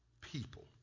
people